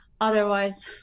Otherwise